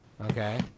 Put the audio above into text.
okay